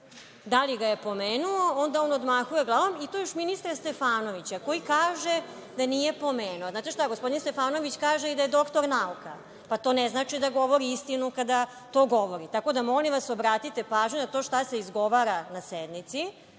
da li ga je pomenuo, onda on odmahuje glavom, i to još ministra Stefanovića, koji kaže da nije pomenuo. Znate šta, gospodin Stefanović kaže i da je doktor nauka, pa to ne znači da govori istinu kada to govori. Tako da, molim vas, obratite pažnju na to šta se izgovara na sednici